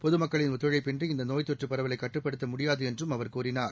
பொதுமக்களின் ஒத்துழைப்பின்றி இந்த நோய் தொற்று பரவலை கட்டுப்படுத்த முடியாது என்றும் அவர் கூறினார்